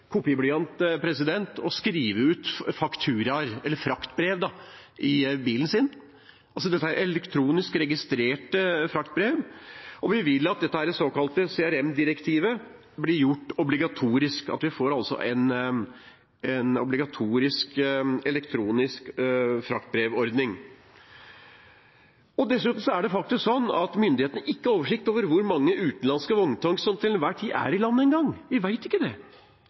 kopiblyant og skrive ut fraktbrev i bilen sin. Dette er altså elektronisk registrerte fraktbrev. Og vi vil at dette såkalte CRM-direktivet blir gjort obligatorisk, at vi får en elektronisk fraktbrevordning. Dessuten er det slik at myndighetene faktisk ikke engang har oversikt over hvor mange utenlandske vogntog som til enhver tid er i landet – vi vet ikke det